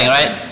right